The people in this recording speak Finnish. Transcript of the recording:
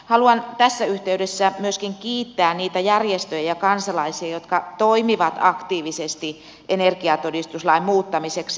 haluan tässä yhteydessä myöskin kiittää niitä järjestöjä ja kansalaisia jotka toimivat aktiivisesti energiatodistuslain muuttamiseksi